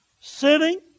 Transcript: sitting